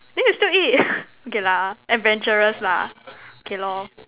then you still eat okay lah adventurous lah okay lor